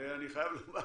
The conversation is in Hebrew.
אני חייב לומר